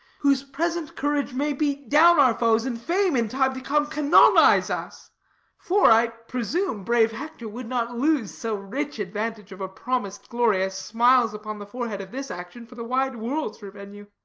whose present courage may beat down our foes, and fame in time to come canonize us for i presume brave hector would not lose so rich advantage of a promis'd glory as smiles upon the forehead of this action for the wide world's revenue.